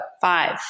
Five